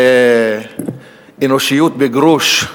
זו אנושיות בגרוש.